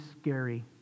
scary